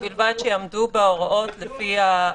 ובלבד שיעמדו בהוראות לפי הצו.